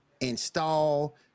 install